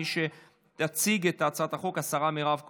מי שתציג את הצעת החוק היא השרה מירב כהן,